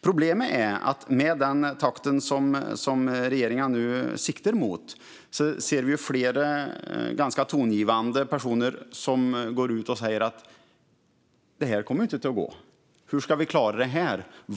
Problemet är att med den takt som regeringen nu siktar mot ser vi flera ganska tongivande personer som går ut och säger att det inte kommer att gå. Hur ska vi klara det här?